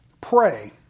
Pray